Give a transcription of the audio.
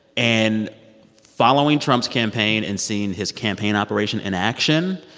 and following trump's campaign and seeing his campaign operation in action,